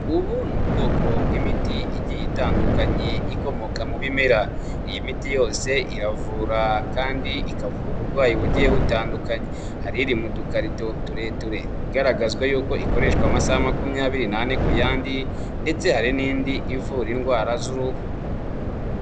Ubu ni ubwoko bw'imiti igiye itandukanye ikomoka mu bimera, iyi miti yose iravura kandi ikavura uburwayi bugiye butandukanye, hari iri mu dukarito tureture igaragazwa yuko ikoreshwa amasaha makumyabiri n'ane ku yandi ndetse hari n'indi ivura indwara z'uruhu.